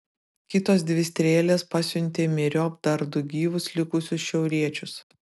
kitos dvi strėlės pasiuntė myriop dar du gyvus likusius šiauriečius